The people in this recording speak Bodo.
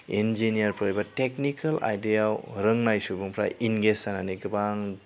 इन्जिनियारफोर बा टेक्निकेल आयदायाव रोंनाय सुबुंफोरा इंगेस जानानै गोबां